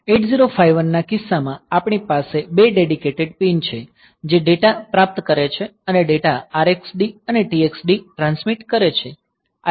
8051 ના કિસ્સામાં આપણી પાસે બે ડેડીકેટેડ પીન છે જે ડેટા પ્રાપ્ત કરે છે અને ડેટા RxD અને TxD ટ્રાન્સમિટ કરે છે